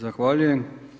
Zahvaljujem.